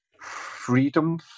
Freedom